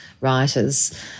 writers